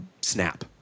snap